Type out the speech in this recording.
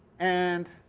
and